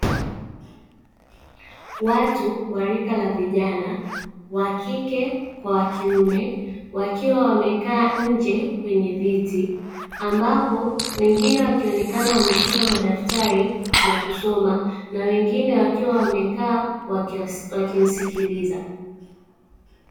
Watu wa rika la vijana wakike kwa wakiume wakiwa wamekaa nje kwenye viti, ambapo wengine wakionekana wameshika madaftari na kusoma na wengine wakiwa wamekaa wakimsikiliza.